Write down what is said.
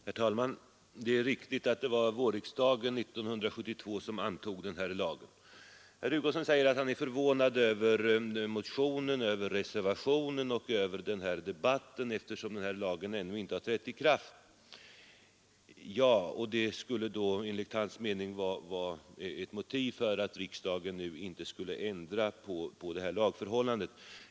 Herr talman! Det är riktigt att det var vårriksdagen 1972 som antog den här lagen. Herr Hugosson säger att han är förvånad över motionen, över reservationen och över den här debatten, eftersom lagen ännu inte har trätt i kraft. Det skulle enligt hans mening vara ett motiv för riksdagen att nu inte ändra på förhållandena.